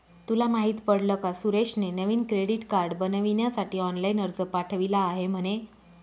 तुला माहित पडल का सुरेशने नवीन क्रेडीट कार्ड बनविण्यासाठी ऑनलाइन अर्ज पाठविला आहे म्हणे